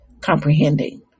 comprehending